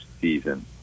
season